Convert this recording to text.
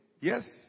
Yes